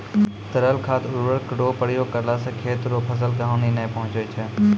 तरल खाद उर्वरक रो प्रयोग करला से खेत रो फसल के हानी नै पहुँचय छै